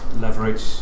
leverage